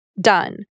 done